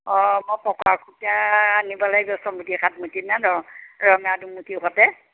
অঁ মই পকোৱা সূতা আনিব লাগিব ছয়মুঠি সাতমুঠিমান অঁ ৰঙা দুমুঠি সৈতে